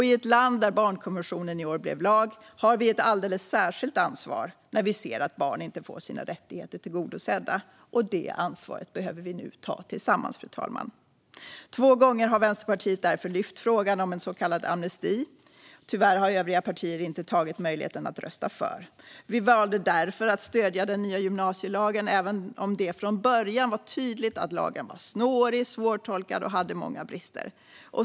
I ett land där barnkonventionen i år blev lag har vi ett alldeles särskilt ansvar när vi ser att barn inte får sina rättigheter tillgodosedda. Detta ansvar behöver vi nu ta tillsammans, fru talman. Två gånger har Vänsterpartiet därför lyft fram frågan om en så kallad amnesti. Tyvärr har övriga partier inte tagit möjligheten att rösta för det. Vi valde därför att stödja den nya gymnasielagen, även om det från början var tydligt att lagen var snårig, svårtolkad och hade många brister.